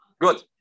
Good